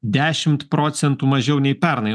dešimt procentų mažiau nei pernai